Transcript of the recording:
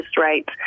rates